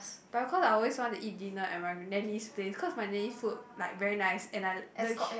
but of course I always want to eat dinner at my nanny's place cause my nanny's food like very nice and I the